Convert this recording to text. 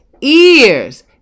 ears